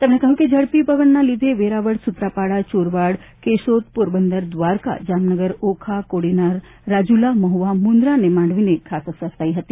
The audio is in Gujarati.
તેમણે કહ્યું કે ઝડપી પવનના લીધે વેરાવળ સૂત્રાપાડા ચોરવાડ કેશોદ પોરબંદર દ્વારકા જામનગર ઓખા કોડીનાર રાજુલા મહુવા મુન્દ્રા અને માંડવીને ખાસ અસર થઈ હતી